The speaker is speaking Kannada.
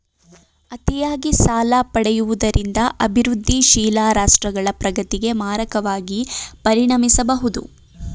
ಅತಿಯಾಗಿ ಸಾಲ ಪಡೆಯುವುದರಿಂದ ಅಭಿವೃದ್ಧಿಶೀಲ ರಾಷ್ಟ್ರಗಳ ಪ್ರಗತಿಗೆ ಮಾರಕವಾಗಿ ಪರಿಣಮಿಸಬಹುದು